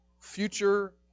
future